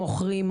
מוכרים,